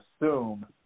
assume